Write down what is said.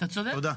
אתה צודק.